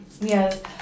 yes